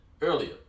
Earlier